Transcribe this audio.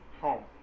home